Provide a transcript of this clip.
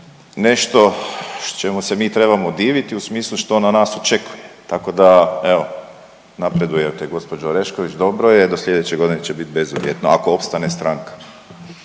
nešto čemu se mi trebamo diviti u smislu što ona nas očekuje. Tako da evo, napredujete gospođa Orešković, dobro do slijedeće godine će biti bezuvjetno ako opstane stranka.